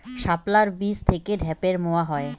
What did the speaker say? শাপলার বীজ থেকে ঢ্যাপের মোয়া হয়?